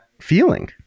feeling